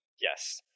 Yes